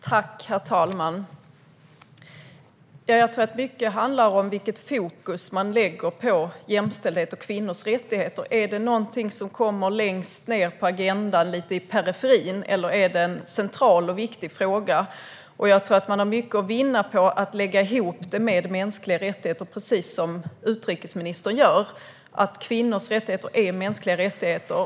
Herr talman! Jag tror att mycket handlar om vilket fokus man lägger på jämställdhet och kvinnors rättigheter - är det någonting som kommer längst ned på agendan och lite i periferin, eller är det en central och viktig fråga? Jag tror att man har mycket att vinna på att lägga ihop det med mänskliga rättigheter, precis som utrikesministern gör. Kvinnors rättigheter är mänskliga rättigheter.